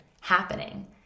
happening